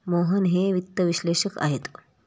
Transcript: मोहन हे वित्त विश्लेषक आहेत